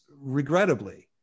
regrettably